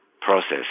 process